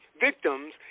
victims